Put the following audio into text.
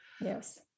Yes